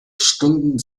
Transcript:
stunden